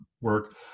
work